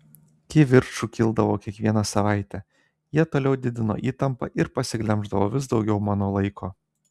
kivirčų kildavo kiekvieną savaitę jie toliau didino įtampą ir pasiglemždavo vis daugiau mano laiko